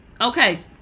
Okay